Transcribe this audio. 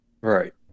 Right